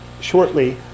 shortly